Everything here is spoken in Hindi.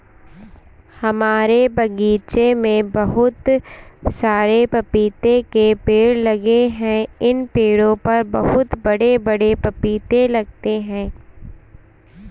हमारे बगीचे में बहुत सारे पपीते के पेड़ लगे हैं इन पेड़ों पर बहुत बड़े बड़े पपीते लगते हैं